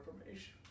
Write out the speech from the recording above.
information